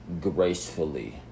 gracefully